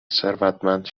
ثروتمند